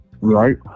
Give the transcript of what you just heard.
Right